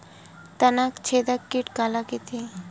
तनाछेदक कीट काला कइथे?